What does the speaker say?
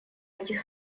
этих